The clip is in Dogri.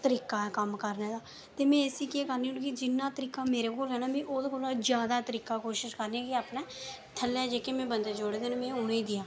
तरीका ऐ कम्म करने दा ते में इसी केह् करनी मतलब के जिन्ना तरीका मेरे कोल ऐ ना में ओह्दे कोला जैदा तरीका कोशश करनी कि अपने थल्ले जेह्के में बंदे जोड़े देन में उ'नें गी देआं